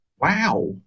wow